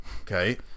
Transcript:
okay